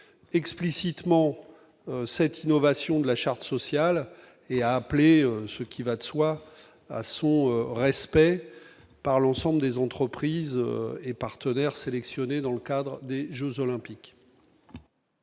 explicitement cette innovation de la charte sociale et a appelé ce qui va de soi, à son respect par l'ensemble des entreprises et partenaires sélectionnés dans le cadre des Jeux olympiques.